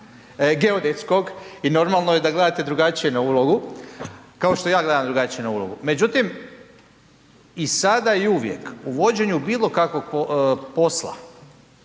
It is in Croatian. geodetskog i normalno je da gledate drugačije na ulogu, ka što ja gledam drugačije na ulogu. Međutim, i sada i uvijek, u vođenju bilokakvog posla,